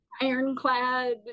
ironclad